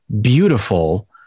beautiful